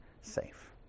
safe